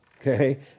Okay